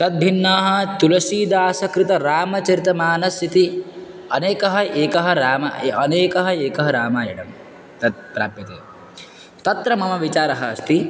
तद्भिन्नाः तुलसीदासकृतरामचरितमानसम् इति अनेकः एकः राम अनेकः एकः रामायणं तत् प्राप्यते तत्र मम विचारः अस्ति